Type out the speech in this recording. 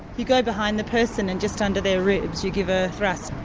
you go behind the person and just under their ribs you give a thrust.